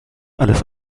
alles